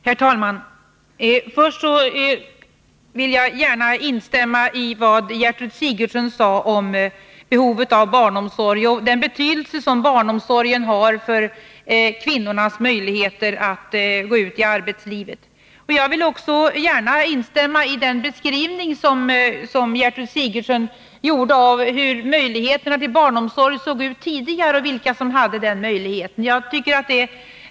Herr talman! Först vill jag gärna instämma i vad Gertrud Sigurdsen sade om behovet av barnomsorg och den betydelse som barnomsorgen har för kvinnornas möjligheter att gå ut i arbetslivet. Jag vill också gärna instämma i den beskrivning som Gertrud Sigurdsen gjorde av hur möjligheterna till barnomsorg såg ut tidigare och vilka kvinnor som då hade den möjligheten.